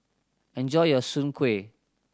enjoy your Soon Kueh